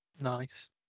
Nice